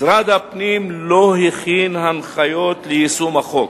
משרד הפנים לא הכין הנחיות ליישום החוק.